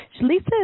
Lisa